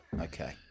Okay